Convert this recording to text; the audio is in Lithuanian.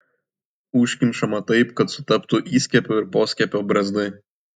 užkišama taip kad sutaptų įskiepio ir poskiepio brazdai